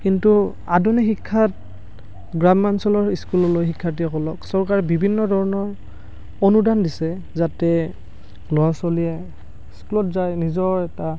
কিন্তু আধুনিক শিক্ষাত গ্ৰাম্য়াঞ্চলৰ স্কুললৈ শিক্ষাৰ্থীসকলক চৰকাৰে বিভিন্ন ধৰণৰ অনুদান দিছে যাতে ল'ৰা ছোৱালীয়ে স্কুলত যায় নিজৰ এটা